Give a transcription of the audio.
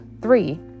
three